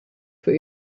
für